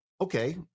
okay